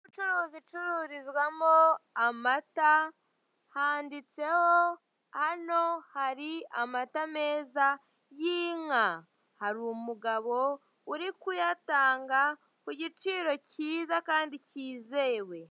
Inzu y'ubucuruzi icururizwamo amata handitseho hano hari amata meza y'inka hari umugabo uri kuyatanga ku giciro kiza kandi kizewe.